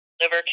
liver